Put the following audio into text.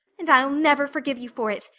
and i'll never forgive you for it,